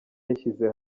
yashyize